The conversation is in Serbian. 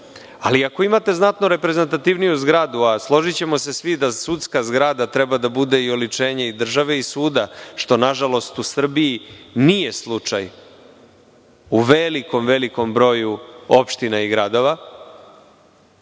Ako imate reprezentativniju zgradu, a složićemo se svi da sudska zgrada treba da bude i oličenje države i suda, što nažalost u Srbiji nije slučaj, u velikom broju opština i gradova,